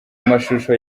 amashusho